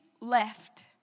left